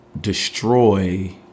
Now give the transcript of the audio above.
destroy